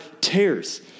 tears